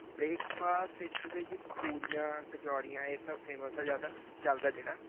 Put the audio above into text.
breakfast ਇੱਥੇ ਤਾਂ ਜੀ ਪੂਰੀਆਂ ਕਚੌਰੀਆਂ ਇਹ ਸਭ ਫੇਮਸ ਆ ਜ਼ਿਆਦਾ ਚੱਲਦਾ ਜਿਹੜਾ